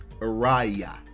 Araya